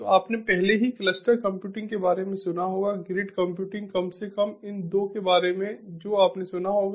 तो आपने पहले ही क्लस्टर कंप्यूटिंग के बारे में सुना होगा ग्रिड कंप्यूटिंग कम से कम इन 2 के बारे में जो आपने सुना होगा